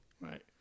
right